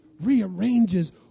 rearranges